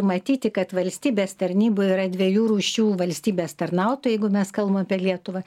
matyti kad valstybės tarnyboj yra dviejų rūšių valstybės tarnautojai jeigu mes kalbam apie lietuvą